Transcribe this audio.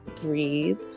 breathe